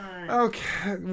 Okay